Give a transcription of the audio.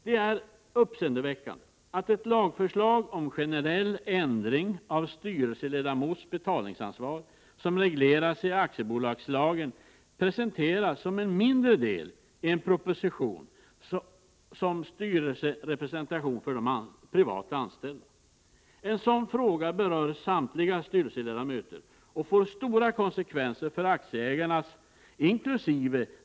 Det är uppseendeväckande att ett lagförslag om en generell ändring av styrelseledamöters betalningsansvar som regleras i aktiebolagslagen presenteras som en mindre del i en proposition om styrelserepresentation för de privatanställda. En sådan fråga berör samtliga styrelseledamöter och får stora konsekvenser för aktieägarnas, inkl.